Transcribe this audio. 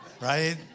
Right